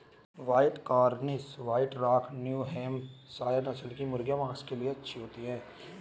white Cornish, white rock, new Hampshire नस्ल की मुर्गियाँ माँस के लिए अच्छी होती हैं